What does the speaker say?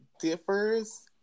differs